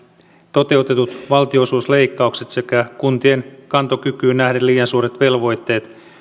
toteutetut valtionosuusleikkaukset sekä kuntien kantokykyyn nähden liian suuret velvoitteet